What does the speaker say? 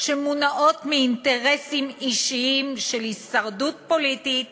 שמונעות מאינטרסים אישיים של הישרדות פוליטית